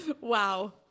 wow